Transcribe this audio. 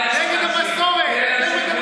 אז תפסיק